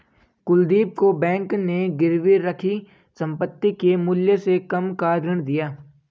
कुलदीप को बैंक ने गिरवी रखी संपत्ति के मूल्य से कम का ऋण दिया